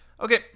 Okay